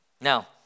Now